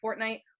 Fortnite